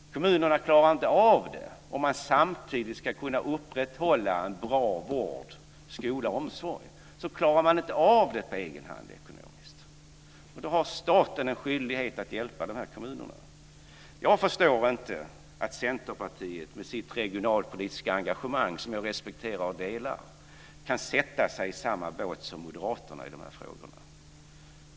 Kommunerna klarar inte av det på egen hand ekonomiskt om de samtidigt ska kunna upprätthålla en bra vård, skola och omsorg. Då har staten en skyldighet att hjälpa dessa kommuner. Jag förstår inte att Centerpartiet med sitt regionalpolitiska engagemang, som jag respekterar och delar, kan sätta sig i samma båt som Moderaterna när det gäller dessa frågor.